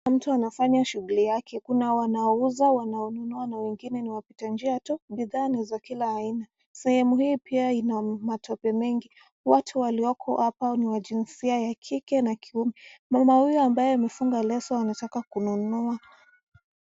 Kila mtu anafanya shughuli yake. Kuna wanaouza, wanaonunua na wengine ni wapitanjia tu. Bidhaa ni za kila aina. Sehemu hii pia ina matope mengi. Watu walioko hapa ni wa jinsia ya kike na kiume. Mama huyu ambaye amefunga leso anataka kununua.